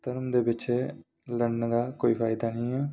धर्म दे पिच्छें लड़ने दा कोई फायदा नेईं ऐ